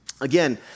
Again